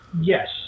Yes